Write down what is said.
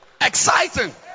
exciting